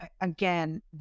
again